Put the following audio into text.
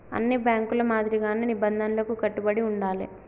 అన్ని బ్యేంకుల మాదిరిగానే నిబంధనలకు కట్టుబడి ఉండాలే